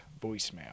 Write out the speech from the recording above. voicemail